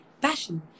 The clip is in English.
passion